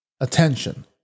attention